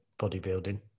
bodybuilding